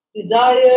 desire